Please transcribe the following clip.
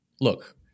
look